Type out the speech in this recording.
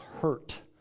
hurt